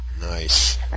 Nice